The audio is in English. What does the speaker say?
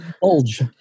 bulge